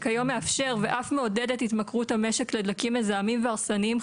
שכיום מאפשר ואף מעודד את התמכרות המשק לדלקים מזהמים והרסניים,